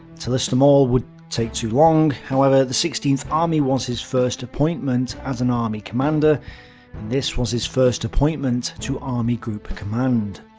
to list them all would take too long, however the sixteenth army was his first appointment as an army commander, and this was his first appointment to army group command.